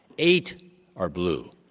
eight are blue,